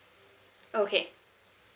okay